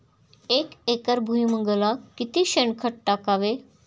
एक एकर भुईमुगाला किती शेणखत टाकावे?